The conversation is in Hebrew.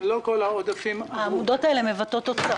לא כל העודפים עברו.